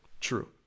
True